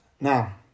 Now